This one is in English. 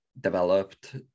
developed